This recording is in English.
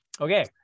okay